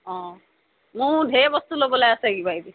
অঁ মোৰো ধেৰ বস্তু ল'বলৈ আছে কিবা কিবি